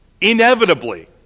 inevitably